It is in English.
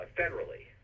federally